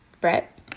Brett